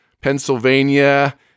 Pennsylvania